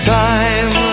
time